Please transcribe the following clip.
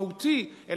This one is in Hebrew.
מהותי,